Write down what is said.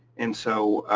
and so